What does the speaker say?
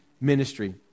ministry